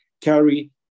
carry